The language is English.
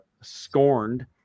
scorned